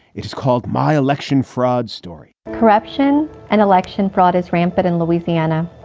it is called my election fraud story corruption and election fraud is rampant in louisiana.